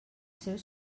seus